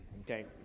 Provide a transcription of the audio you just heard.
okay